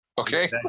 Okay